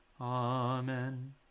Amen